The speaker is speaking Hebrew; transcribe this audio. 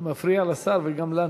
זה מפריע לשר וגם לנו.